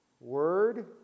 Word